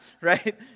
right